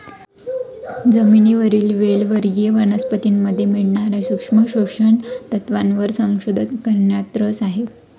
जमिनीवरील वेल वर्गीय वनस्पतीमध्ये मिळणार्या सूक्ष्म पोषक तत्वांवर संशोधन करण्यात रस आहे